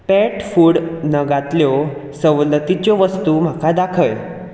pet food नगांतल्यो सवलतीच्यो वस्तू म्हाका दाखय